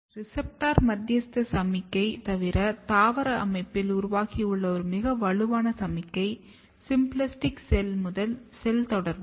receptor மத்தியஸ்த சமிக்ஞை தவிர தாவர அமைப்பில் உருவாகியுள்ள ஒரு மிக வலுவான சமிக்ஞை சிம்பிளாஸ்டிக் செல் முதல் செல் தொடர்பு